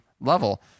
level